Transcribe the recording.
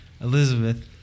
Elizabeth